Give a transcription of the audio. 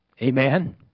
Amen